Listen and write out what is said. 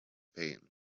pain